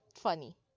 funny